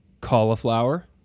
Cauliflower